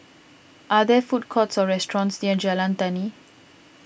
are there food courts or restaurants near Jalan Tani